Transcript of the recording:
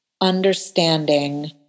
understanding